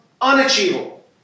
unachievable